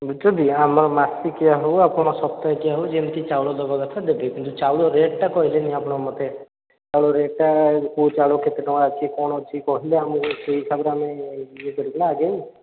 ବୁଝୁଛନ୍ତି ଆମର ମାସିକିଆ ହେଉ ଆପଣ ସପ୍ତାହକିଆ ହେଉ ଯେମିତି ଚାଉଳ ଦେବା କଥା ଦେବେ କିନ୍ତୁ ଚାଉଳ ରେଟ୍ଟା କହିଲେନି ଆପଣ ମୋତେ ଚାଉଳ ରେଟ୍ଟା କେଉଁ ଚାଉଳ କେତେ ଟଙ୍କା ଅଛି କ'ଣ ଅଛି କହିଲେ ଆମେ ସେହି ହିସାବରେ ଆମେ ଇଏ କରିବୁ ନା ଆଗେଇବୁ